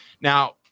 Now